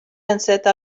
enceta